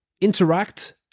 interact